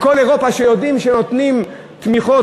בכל אירופה יודעים שנותנים תמיכות,